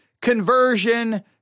conversion